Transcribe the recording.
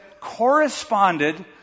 corresponded